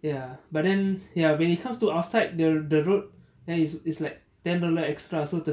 ya but then ya when it comes to outside the road then it's it's like ten dollar extra so